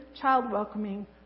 child-welcoming